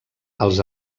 els